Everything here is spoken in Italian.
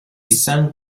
san